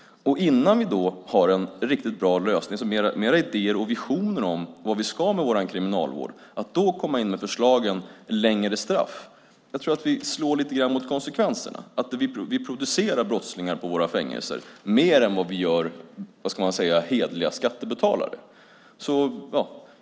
Innan vi har en riktigt bra lösning, som ger mer idéer och visioner om vad vi ska göra med vår kriminalvård, kan vi inte komma med förslag om längre straff. Jag tror att vi slår lite grann mot konsekvenserna, att vi producerar mer brottslingar på våra fängelser än hederliga skattebetalare.